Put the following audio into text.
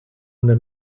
una